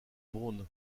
brown